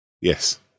Yes